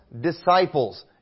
disciples